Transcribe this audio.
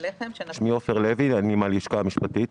אני מהלשכה המשפטית.